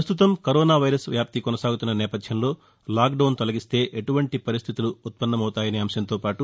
ప్రస్తుతం corona virus వ్యాప్తి కొనసాగుతున్న నేపథ్యంలో లాక్డౌన్ తొలగిస్తే ఎలాంటి పరిస్టితులు ఉత్పన్నమవుతాయనే అంశంతో పాటు